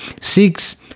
six